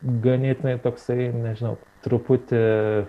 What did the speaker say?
ganėtinai toksai nežinau truputį